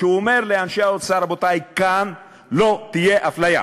והוא אמר לאנשי האוצר: רבותי, כאן לא תהיה אפליה.